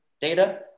data